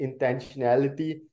intentionality